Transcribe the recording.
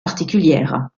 particulières